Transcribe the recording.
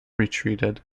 retreated